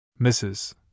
Mrs